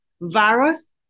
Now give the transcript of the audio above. virus